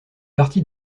partie